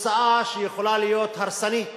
תוצאה שיכולה להיות הרסנית